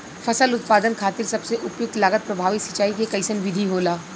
फसल उत्पादन खातिर सबसे उपयुक्त लागत प्रभावी सिंचाई के कइसन विधि होला?